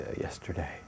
yesterday